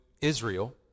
Israel